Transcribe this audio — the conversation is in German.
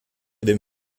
dem